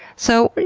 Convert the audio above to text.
so,